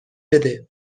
بده